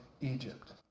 Egypt